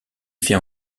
fait